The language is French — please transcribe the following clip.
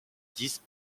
dix